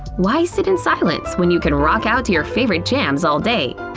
why sit in silence when you can rock out to your favorite jams all day?